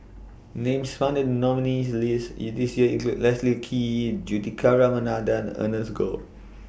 Names found in The nominees' list This Year include Leslie Kee Juthika Ramanathan and Ernest Goh